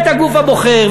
את הגוף הבוחר,